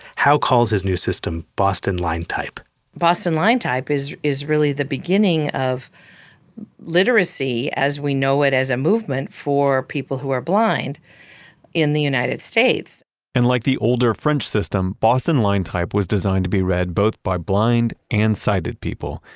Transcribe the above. howe calls his new system boston line type boston line type is is really the beginning of literacy as we know it was a movement for people who are blind in the united states and like the older french system, boston line type was designed to be read both by blind and sighted people.